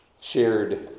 shared